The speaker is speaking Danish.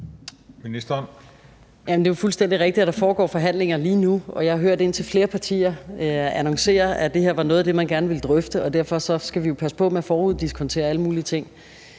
rigtigt, at der foregår forhandlinger lige nu, og jeg har hørt indtil flere partier annoncere, at det her var noget af det, man gerne ville drøfte. Derfor skal vi jo passe på med at foruddiskontere